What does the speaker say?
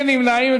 אין נמנעים.